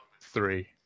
three